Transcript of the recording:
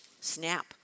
snap